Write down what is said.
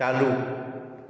चालू